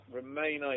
remain